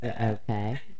Okay